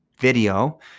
video